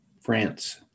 France